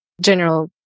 general